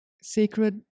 sacred